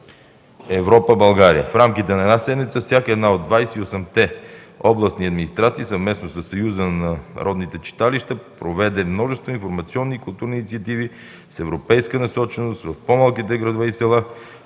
„Европа – България”. В рамките на една седмица всяка една от 28-те областни администрации съвместно със Съюза на народните читалища проведе множество информационни и културни инициативи с европейска насоченост в по-малките градове и села,